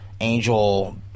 angel